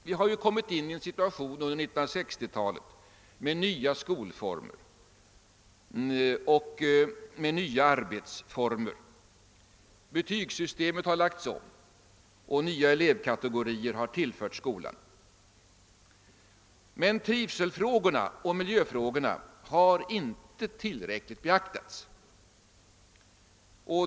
Vi har under 1960-talet fått nya skolformer med nya arbetsformer. Betygssystemet har lagts om, och nya elevkategorier har tillförts skolan. Men trivselfrågorna och miljöfrågorna har inte tillräckligt beaktats.